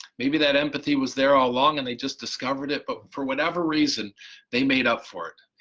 maybe that empathy was there all along and they just discovered it, but for whatever reason they made up for it,